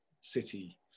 city